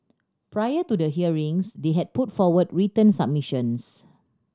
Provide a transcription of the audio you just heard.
prior to the hearings they had put forward written submissions